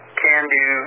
can-do